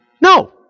No